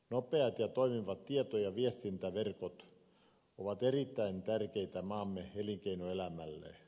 nopeat ja toimivat tieto ja viestintäverkot ovat erittäin tärkeitä maamme elinkeinoelämälle